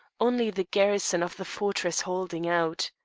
only the garrison of the fortress holding out.